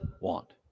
want